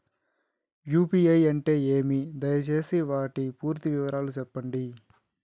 UPI అంటే ఏమి? దయసేసి వాటి పూర్తి వివరాలు సెప్పండి?